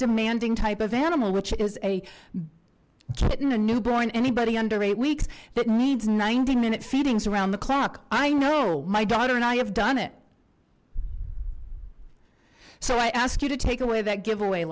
demanding type of animal which is a kitten a newborn anybody under eight weeks but needs ninety minute feedings around the clock i know my daughter and i have done it so i ask you to take away that give away